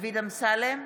דוד אמסלם,